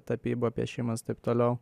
tapyba piešimas taip toliau